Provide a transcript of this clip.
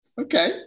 Okay